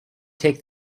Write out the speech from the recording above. take